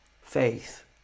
faith